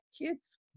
kids